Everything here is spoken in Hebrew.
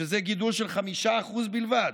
שזה גידול של 5% בלבד.